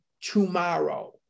tomorrow